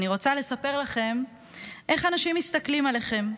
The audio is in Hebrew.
אני רוצה לספר לכם איך אנשים מסתכלים עליכם,